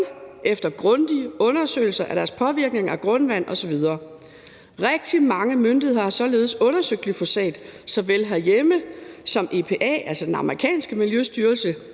efter grundige undersøgelser af deres påvirkning af grundvand osv. Rigtig mange myndigheder har således undersøgt glyfosat såvel herhjemme som hos IPA, altså den amerikanske miljøstyrelse,